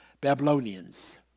Babylonians